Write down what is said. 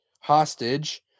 Hostage